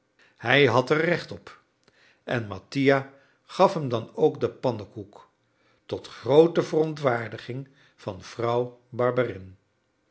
hij had er recht op en mattia gaf hem dan ook den pannekoek tot groote verontwaardiging van vrouw